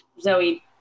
Zoe